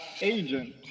agent